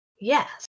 yes